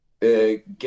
get